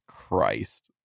Christ